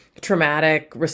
traumatic